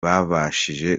babashije